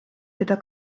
teda